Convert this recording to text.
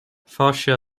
fascia